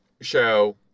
show